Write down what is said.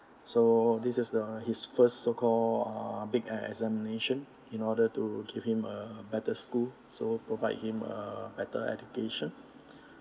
so this is the his first so called uh big examination in order to give him a better school so provide him a better education